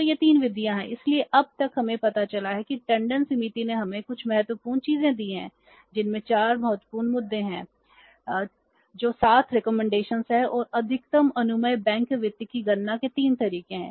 तो ये 3 विधियां हैं इसलिए अब तक हमें पता चला है कि टंडन समिति ने हमें कुछ महत्वपूर्ण चीजें दी हैं जिनमें 4 महत्वपूर्ण मुद्दे हैं जो 7 सिफारिशें हैं और अधिकतम अनुमेय बैंक वित्त की गणना के 3 तरीके हैं